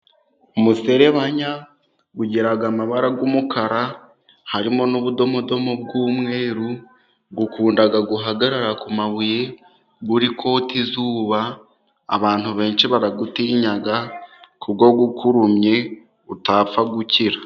Umuserebanya ugira amabara y'umukara, harimo n'ubudomodomo bw'umweru, ukunda guhagarara ku mabuye uri kota izuba, abantu benshi barawutinya kuko ukurumye utapfa gukira.